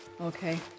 Okay